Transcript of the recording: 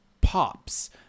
pops